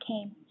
came